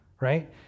right